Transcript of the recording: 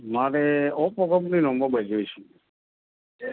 મારે ઓપ્પો કંપનીનો મોબાઈલ જોઈએ છે